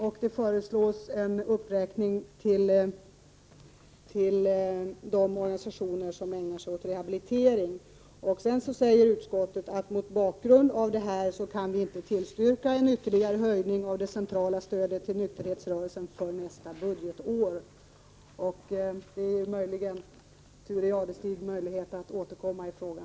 Dessutom föreslås uppräkning av anslagen till de organisationer som ägnar sig åt rehabilitering. Utskottsmajoriteten skriver sedan att man mot bakgrund av detta inte kan tillstyrka någon ytterligare höjning av det centrala stödet till nykterhetsrörelsen för nästa budgetår. Detta ger eventuellt Thure Jadestig möjlighet att återkomma i frågan.